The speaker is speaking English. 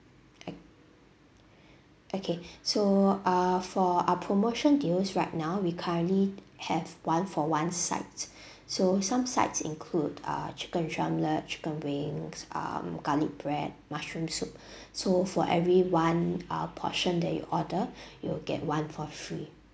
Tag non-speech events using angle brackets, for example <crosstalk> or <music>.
o~ okay so uh for our promotion deals right now we currently have one for one sides <breath> so some sides include uh chicken drumlets chicken wings um garlic bread mushroom soup so for every one uh portion that you order you will get one for free